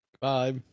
Bye